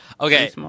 Okay